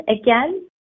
again